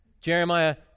Jeremiah